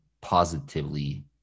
positively